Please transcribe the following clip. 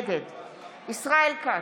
נגד ישראל כץ,